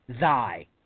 thy